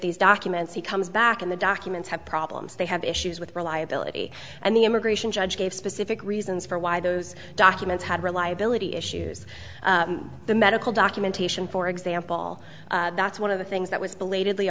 these documents he comes back in the documents have problems they have issues with reliability and the immigration judge gave specific reasons for why those documents had reliability issues the medical documentation for example that's one of the things that was belat